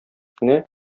кенә